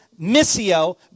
missio